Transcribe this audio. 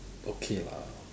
okay lah